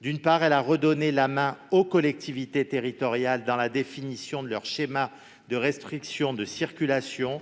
d'une part, en redonnant la main aux collectivités territoriales pour la définition de leur schéma de restriction de circulation